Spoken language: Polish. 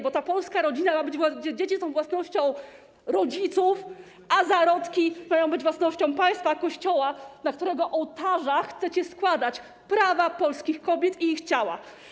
Bo polska rodzina ma być taka: dzieci są własnością rodziców, a zarodki mają być własnością państwa, Kościoła, na którego ołtarzach chcecie składać prawa polskich kobiet i ich ciała.